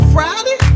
Friday